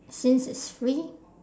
since it's free